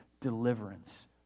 deliverance